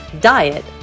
diet